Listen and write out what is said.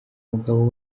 mugabo